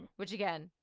which again,